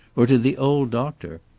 or to the old doctor?